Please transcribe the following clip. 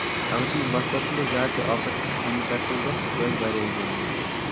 اَگر تُہۍ باہہ پٔرسنٹ زیادٕ تہٕ آفر ہیٚکو پَنٕنہِ طرفہٕ دِتھ سُہ روزِ واریاہ جان